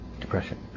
depression